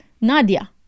Nadia